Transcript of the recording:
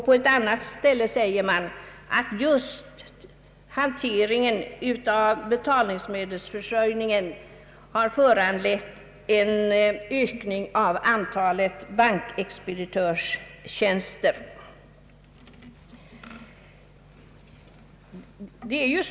På ett annat ställe säger man att just hanteringen av betalnings medlen har föranlett en ökning av antalet bankexpeditörstjänster.